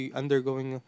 undergoing